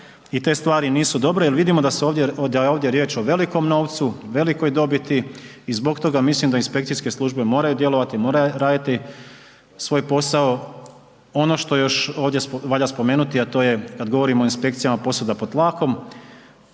I te stvari nisu dobre jer vidimo da je ovdje riječ o velikom novcu, velikoj dobiti i zbog toga mislim da inspekcijske službe moraju djelovati, moraju raditi svoj posao. Ono što još ovdje valja spomenuti a to je kad govorimo o inspekcijama posuda pod tlakom,